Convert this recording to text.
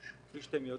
כפי שאתם יודעים,